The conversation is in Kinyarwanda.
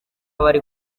bari